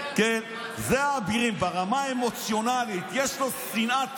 כן ברמה האמוציונלית יש לו שנאה תהומית,